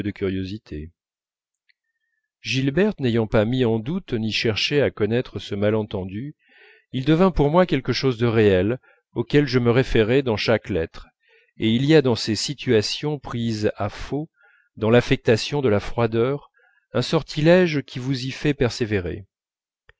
curiosité gilberte n'ayant pas mis en doute ni cherché à connaître ce malentendu il devint pour moi quelque chose de réel auquel je me référais dans chaque lettre et il y a dans ces situations prises à faux dans l'affectation de la froideur un sortilège qui vous y fait persévérer